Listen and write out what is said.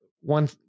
one